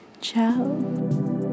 ciao